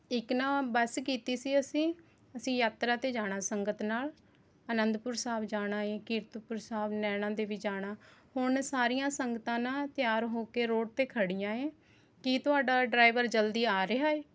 ਇੱਕ ਨਾ ਬਸ ਕੀਤੀ ਸੀ ਅਸੀਂ ਅਸੀਂ ਯਾਤਰਾ 'ਤੇ ਜਾਣਾ ਸੰਗਤ ਨਾਲ ਅਨੰਦਪੁਰ ਸਾਹਿਬ ਜਾਣਾ ਹੈ ਕੀਰਤਪੁਰ ਸਹਿਬ ਨੈਣਾ ਦੇਵੀ ਜਾਣਾ ਹੁਣ ਸਾਰੀਆਂ ਸੰਗਤਾਂ ਨਾ ਤਿਆਰ ਹੋ ਕੇ ਰੋਡ 'ਤੇ ਖੜੀਆਂ ਹੈ ਕੀ ਤੁਹਾਡਾ ਡਰਾਈਵਰ ਜਲਦੀ ਆ ਰਿਹਾ ਹੈ